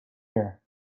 here